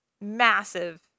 massive